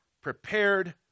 prepared